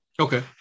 Okay